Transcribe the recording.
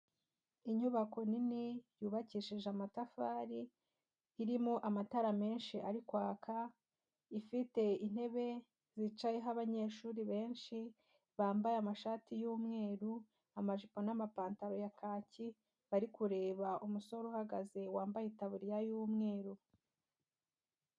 Inyubako nini yubakishije amatafari irimo amatara menshi ariko kwaka, ifite intebe zicayeho abanyeshuri benshi bambaye amashati y'umweru, amajipo n'amapantaro ya kaki, bari kureba umusore uhagaze wambaye itaburiya y'umweru.